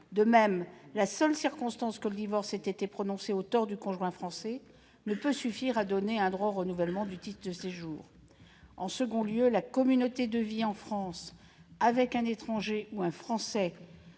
De même, la seule circonstance que le divorce ait été prononcé aux torts du conjoint français ne peut suffire à donner un droit au renouvellement du titre de séjour. Par ailleurs, la communauté de vie en France avec un étranger ou un Français